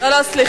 על האמת,